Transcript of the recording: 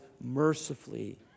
mercifully